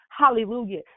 hallelujah